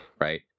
Right